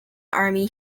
army